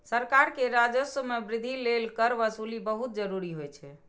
सरकार के राजस्व मे वृद्धि लेल कर वसूली बहुत जरूरी होइ छै